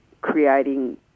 creating